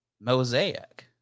mosaic